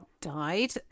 died